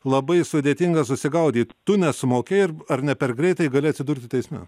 labai sudėtinga susigaudyt tu nesumokėjai ir ar ne per greitai gali atsidurti teisme